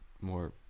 more